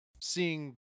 seeing